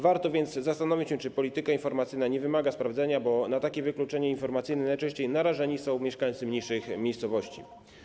Warto więc zastanowić się, czy polityka informacyjna nie wymaga sprawdzenia, bo na takie wykluczenie informacyjne najczęściej narażeni są mieszkańcy mniejszych miejscowości.